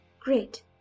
Great